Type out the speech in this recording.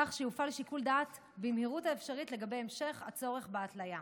כך שיופעל שיקול דעת במהירות האפשרית לגבי המשך הצורך בהתליה.